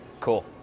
Cool